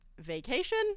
vacation